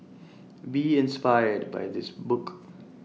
be inspired by this book